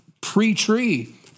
pre-tree